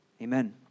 Amen